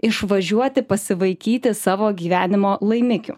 išvažiuoti pasivaikyti savo gyvenimo laimikiu